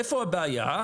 איפה הבעיה?